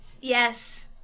Yes